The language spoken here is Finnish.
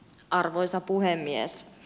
arvoisa puhemies